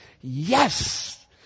yes